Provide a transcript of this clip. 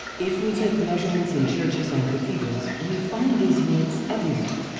if we take measurements in churches and cathedrals, we find these units everywhere.